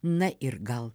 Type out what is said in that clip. na ir gal